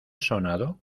sonado